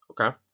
okay